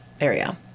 area